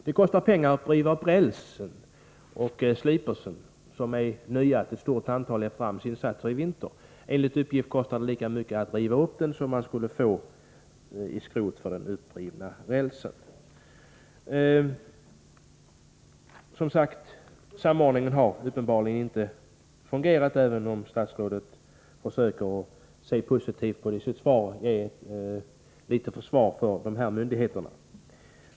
Det kostar pengar att riva upp rälsen och slipersen, som till stort antal är ny efter AMS insatser i vinter. Enligt uppgift kostar det lika mycket att riva upp den som man skulle få i skrotvärde för den upprivna rälsen. Samordningen har som sagt inte fungerat, även om statsrådet försöker att litet grand försvara myndigheterna.